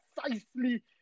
precisely